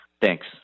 Thanks